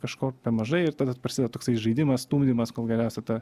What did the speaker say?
kažko pe mažai ir tada prasideda toksai žaidimas stumdymas kol galiausiai ta